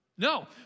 No